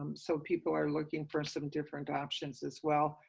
um so people are looking for some different options as well,